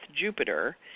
Jupiter